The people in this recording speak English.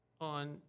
on